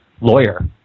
lawyer